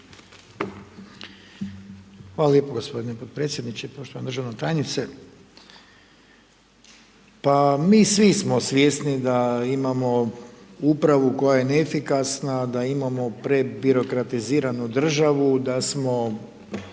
Hvala lijepo g. potpredsjedniče, poštovana državna tajnice. Mi svi smo svjesni da imamo upravu koja je neefikasna, da imamo prebirokratiziranu državu, da smo